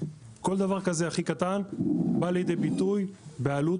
כל דבר כזה הכי קטן בא לידי ביטוי בעלות